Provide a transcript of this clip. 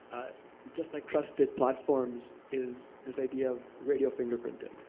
just like trusted platforms, is this idea of radio fingerprinting.